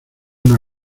una